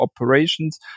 operations